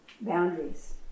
Boundaries